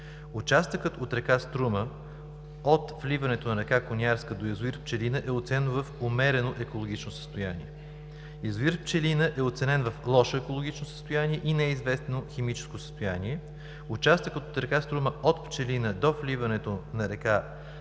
Участъкът от р. Струма от вливането на р. Конярска до язовир „Пчелина“ е оценен в умерено екологично състояние. Язовир „Пчелина“ е оценен в лошо екологично състояние и неизвестно химическо състояние. Участъкът от р. Струма от „Пчелина“ до вливането на р.